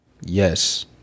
Yes